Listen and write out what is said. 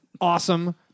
awesome